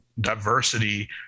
diversity